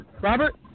Robert